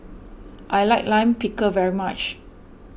I like Lime Pickle very much